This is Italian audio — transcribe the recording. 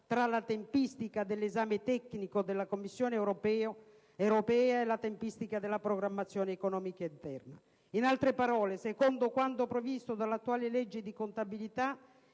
tra la tempistica dell'esame tecnico della Commissione europea e quella della programmazione economica interna. In altre parole, secondo quanto previsto dall'attuale legge di contabilità